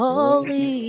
Holy